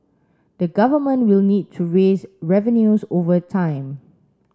the government will need to raise revenues over time